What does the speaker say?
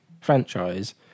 franchise